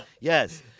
yes